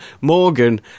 Morgan